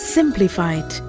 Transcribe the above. Simplified